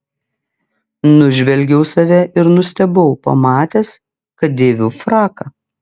nužvelgiau save ir nustebau pamatęs kad dėviu fraką